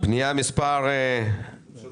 אנחנו מצביעים בשעה